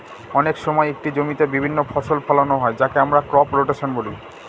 অনেক সময় একটি জমিতে বিভিন্ন ফসল ফোলানো হয় যাকে আমরা ক্রপ রোটেশন বলি